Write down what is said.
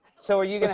so are you gonna